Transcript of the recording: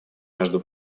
между